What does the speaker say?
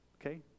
Okay